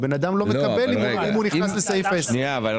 האדם לא מקבל אם הוא נכנס לפסקה (10).